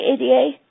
ADA